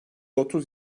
otuz